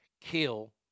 kill